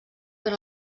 per